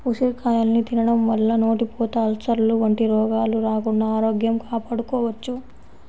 ఉసిరికాయల్ని తినడం వల్ల నోటిపూత, అల్సర్లు వంటి రోగాలు రాకుండా ఆరోగ్యం కాపాడుకోవచ్చు